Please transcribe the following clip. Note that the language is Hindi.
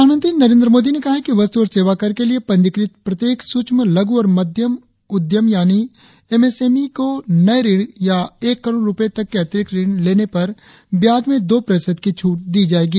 प्रधानमंत्री नरेंद्र मोदी ने कहा है कि वस्तु और सेवाकर के लिए पंजीकृत प्रत्येक सूक्ष्म लघु और मध्यम उद्यम यानी एम एस एम ई को नये ऋण या एक करोड़ तक के अतिरिक्त ऋण लेने पर ब्याज में दो प्रतिशत की छूट दी जायेगी